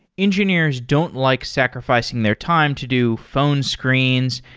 engineers don't like sacrificing their time to do phone screens,